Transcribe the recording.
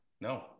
no